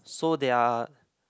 so they're